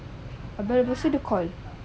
habis lepas tu dia call